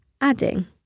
adding